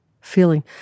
feeling